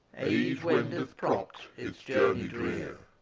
age wendeth propped its journey drear,